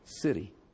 city